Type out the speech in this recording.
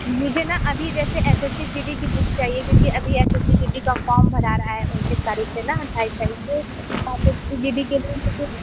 मुझे ना अभी जैसे S S C G D की बुक चाहिए क्योंकि अभी S S C G D का फॉर्म भरा रहे हैं ना उनतीस तारिख़ से ना अट्ठाईस तारिख़ से S S C G D के लिए कौन